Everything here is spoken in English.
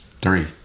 Three